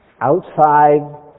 outside